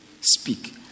speak